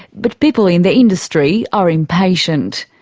but people in the industry are impatient.